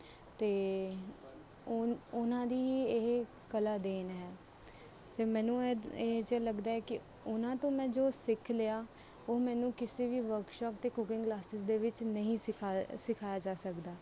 ਅਤੇ ਉ ਉਹਨਾਂ ਦੀ ਇਹ ਕਲਾ ਦੇਣ ਹੈ ਅਤੇ ਮੈਨੂੰ ਇਹ ਜ ਇਹ ਜਿਹਾ ਲੱਗਦਾ ਹੈ ਕਿ ਉਹਨਾਂ ਤੋਂ ਮੈਂ ਜੋ ਸਿੱਖ ਲਿਆ ਉਹ ਮੈਨੂੰ ਕਿਸੇ ਵੀ ਵਰਕਸ਼ੌਪ ਅਤੇ ਕੁਕਿੰਗ ਕਲਾਸਿਸ ਦੇ ਵਿੱਚ ਨਹੀਂ ਸਿਖਾ ਸਿਖਾਇਆ ਜਾ ਸਕਦਾ